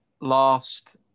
last